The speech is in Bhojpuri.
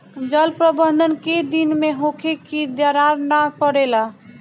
जल प्रबंधन केय दिन में होखे कि दरार न परेला?